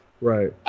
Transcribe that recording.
Right